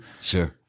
Sure